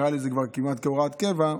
זה נראה לי כבר כמעט הוראת קבע,